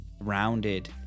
rounded